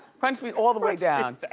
crunch me all the way down.